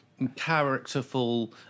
characterful